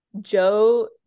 Joe